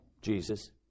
Jesus